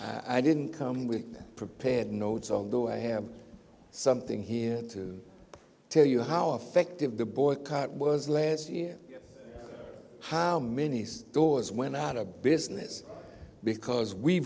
i didn't come with prepared notes on though i have something here to tell you how effective the boycott was last year how many stores went out of business because we